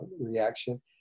reaction